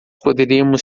poderíamos